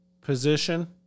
position